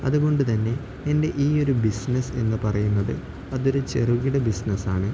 അതുകൊണ്ട് തന്നെ എൻ്റെ ഈ ഒരു ബിസിനസ് എന്ന് പറയുന്നത് അതൊരു ചെറുകിട ബിസിനസ്സാണ്